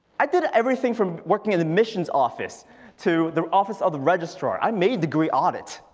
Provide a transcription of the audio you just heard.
i did everything from working in the missions office to the office of the registrar. i made the green audit,